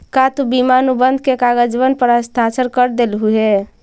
का तु बीमा अनुबंध के कागजबन पर हस्ताक्षरकर देलहुं हे?